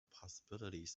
possibilities